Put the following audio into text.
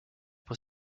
pour